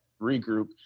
regroup